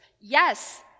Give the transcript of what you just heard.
Yes